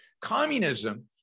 Communism